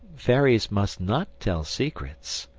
fairies must not tell secrets.